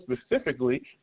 specifically